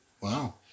Wow